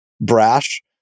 brash